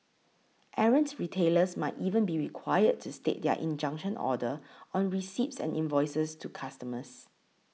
errant retailers might even be required to state their injunction order on receipts and invoices to customers